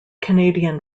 canadian